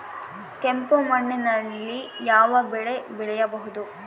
ಕೆಂಪು ಮಣ್ಣಿನಲ್ಲಿ ಯಾವ ಬೆಳೆ ಬೆಳೆಯಬಹುದು?